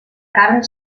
carn